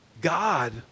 God